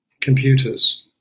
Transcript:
computers